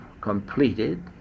completed